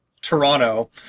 Toronto